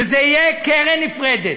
וזאת תהיה קרן נפרדת.